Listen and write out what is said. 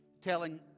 telling